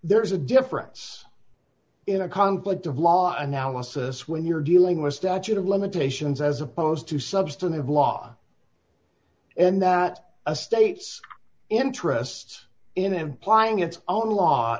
there is a difference in a conflict of law analysis when you're dealing with statute of limitations as opposed to substantive law and a state's interest in them plying its own law